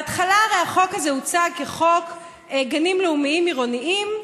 בהתחלה הרי החוק הזה הוצג כחוק גנים לאומיים עירוניים.